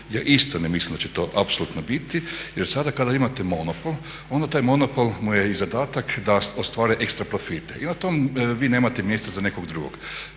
Ja isto ne misli da će to apsolutno biti jer sada kada imate monopol onda taj monopol mu je i zadatak da ostvare ekstra profite i na tom vi nemate mjesta za nekog drugog.